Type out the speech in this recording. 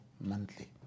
monthly